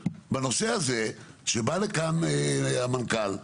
בנושא הזה שבא לכאן המנכ"ל,